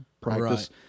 practice